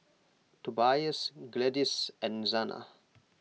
Tobias Gladyce and Zana